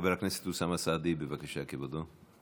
חבר הכנסת אוסאמה סעדי, בבקשה, כבודו,